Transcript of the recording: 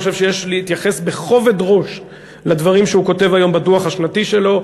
ואני חושב שיש להתייחס בכובד ראש לדברים שהוא כותב בדוח השנתי שלו,